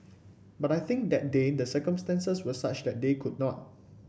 but I think that day the circumstances were such that they could not